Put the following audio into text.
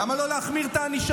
למה לא להחמיר את הענישה?